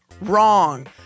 Wrong